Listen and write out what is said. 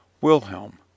Wilhelm